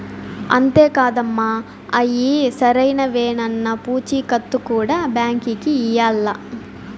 అంతే కాదమ్మ, అయ్యి సరైనవేనన్న పూచీకత్తు కూడా బాంకీకి ఇయ్యాల్ల